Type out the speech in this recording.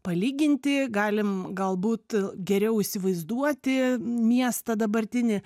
palyginti galim galbūt geriau įsivaizduoti miestą dabartinį